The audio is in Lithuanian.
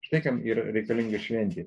štai kam yra reikalinga šventė